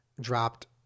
dropped